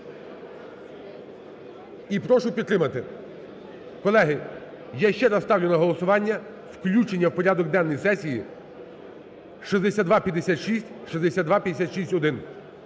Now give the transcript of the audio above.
і прошу підтримати. Колеги, я ще раз ставлю на голосування включення в порядок денний сесії 6256, 6256-1,